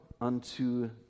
unto